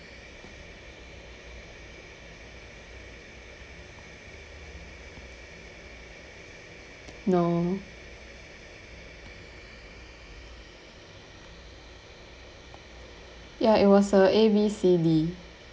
no ya it was uh A B C D